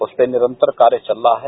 उस पर निरंतर कार्य चल रहा है